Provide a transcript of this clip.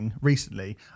recently